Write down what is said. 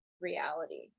reality